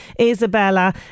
Isabella